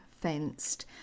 fenced